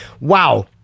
Wow